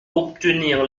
obtenir